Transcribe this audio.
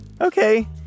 Okay